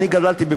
אני גדלתי,